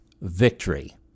victory